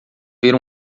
ver